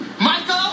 Michael